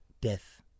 death